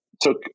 took